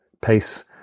pace